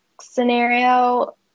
scenario